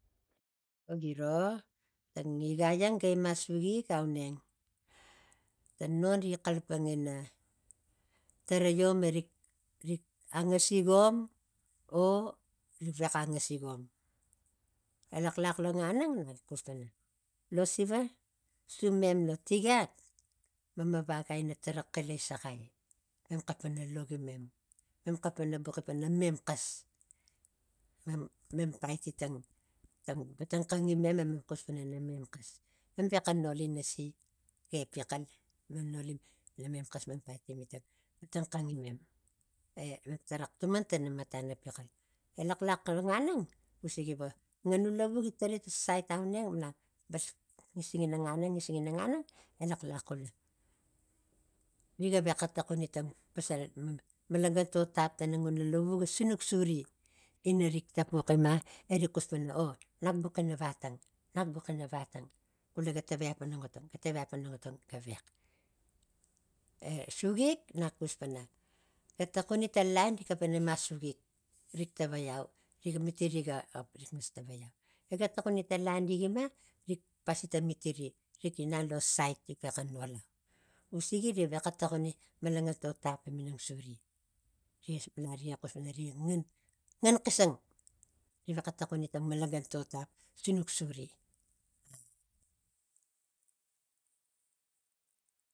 Givo giro tang igai ang ga ima sugik auneng ta non riga xalapang ina- ina taraiom anga sigom o vexa angasigom. Elaxlax lo nganang nak xus pana lo siva sumem lo tigak mama vakaina tara cilai saxa mem xalapang ina logim mem- mem xepana buxi para namemxas mem- mem paiti tang batangxangimem pana namem xas mem vexa noli nasi epexal mem noli mem xas mem paiti tang batangxangimem e mem tarax tumas tana matan epexal. Elaxlax lo nganang usigi vo nganu lavu vo gi tarai ta sait auneng elaxlax xula riga vexataxuni ta pasal malanganto tap tana nganu lavu ga sinuk suri ina rik tapux ima erik xus pana o nak buxi nak buxi na vatang nak buxi na vang xula ga tavalau pana tang otang tangotang gavex e sugik nak xus pana e taxuni ta lain riga xalapang ina ima sugik rik tavaiau mitiri ga pus rig mas tavai iau rig mas tavai iau e riga taxuni ta ngina lain riga xslapang ina ima usigi rik mas tavai taxuni ta mitiri gapus rik mas tavaiau ta mitiri ga pus rikmas tavaiau rik taxuni ta lain riga ima emuk rik pasi ta mitiri rik inang lo sait nivexa nolau usigi riga vexa togori malangantotap evang suri gias na riga xus pana riga ngan xisang riga vexa taxuni ta malangantotap sunik suri o